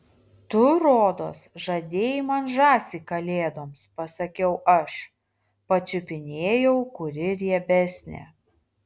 tu rodos žadėjai man žąsį kalėdoms pasakiau aš pačiupinėjau kuri riebesnė